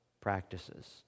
practices